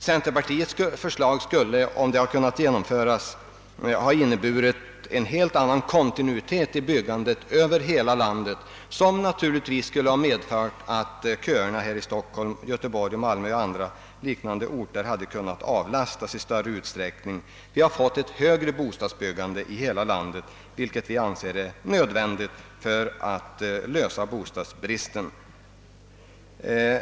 Centerpartiets förslag skulle, om de kunnat genomföras, ha inneburit en helt annan kontinuitet i byggandet över hela landet, vilket naturligtvis skulle ha medfört att köerna i Stockholm, Göteborg, Malmö och liknande orter kunnat minskas. Vi hade fått ett högre byggande i hela landet, vilket vi anser nödvändigt för att häva bostadsbristen.